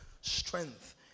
strength